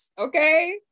Okay